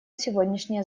сегодняшнее